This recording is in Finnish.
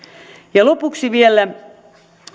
lopuksi vielä